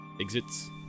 exits